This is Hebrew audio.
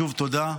שוב תודה.